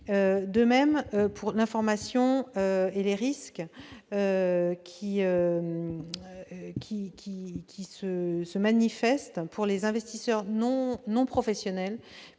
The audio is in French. de même pour l'information et les risques qui se manifestent pour les investisseurs non professionnels